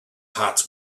hearts